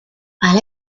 all